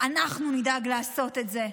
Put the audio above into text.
אנחנו נדאג לעשות את זה.